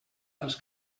dels